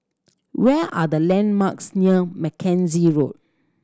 where are the landmarks near Mackenzie Road